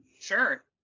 Sure